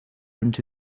into